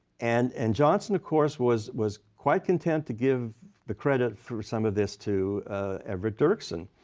and and johnson, of course, was was quite content to give the credit for some of this to everett dirksen